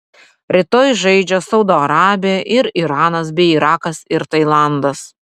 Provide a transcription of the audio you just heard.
rytoj žaidžia saudo arabija ir iranas bei irakas ir tailandas